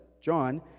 John